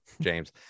James